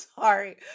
sorry